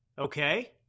Okay